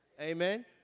Amen